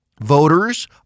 Voters